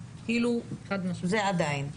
כלומר, זה עדיין קורה.